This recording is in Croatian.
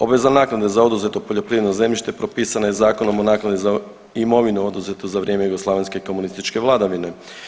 Obveza naknade za oduzeto poljoprivredno zemljište propisana je Zakonom o naknadi za imovinu oduzetu za vrijeme jugoslavenske komunističke vladavine.